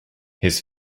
his